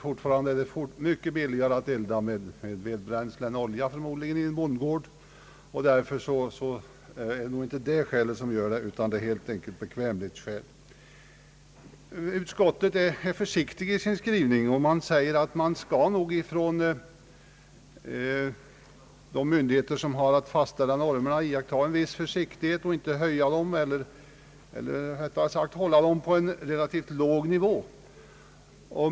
Fortfarande är det förmodligen mycket billigare att i en bondgård elda med ved än med olja. Utskottet är försiktigt i sin skrivning och säger att de myndigheter som har att fastställa normerna bör iaktta en viss försiktighet och inte höja dem eller rättade sagt hålla dem på en låg nivå.